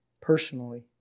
personally